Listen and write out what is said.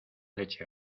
leche